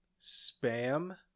spam